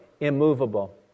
Immovable